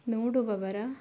ನೋಡುವವರ